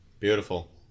Beautiful